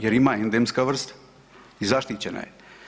Jer ima endemska vrsta i zaštićena je.